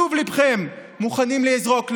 בטוב ליבכם, מוכנים לזרוק לעברנו.